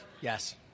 Yes